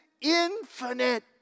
infinite